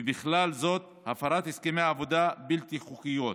ובכלל זה הפרות הסכמי עבודה בלתי חוקיות,